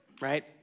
right